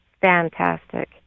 fantastic